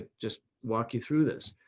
just walk you through this.